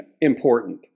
important